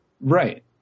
Right